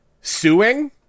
suing